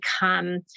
become